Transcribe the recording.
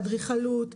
אדריכלות,